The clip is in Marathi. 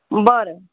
बरं